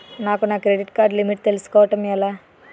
నాకు నా credit card limit తెలుసుకోవడం ఎలా?